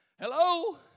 Hello